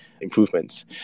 improvements